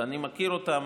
ואני מכיר אותן.